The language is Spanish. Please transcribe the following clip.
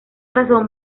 razón